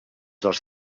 dels